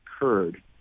occurred